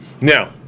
Now